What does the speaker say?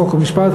חוק ומשפט,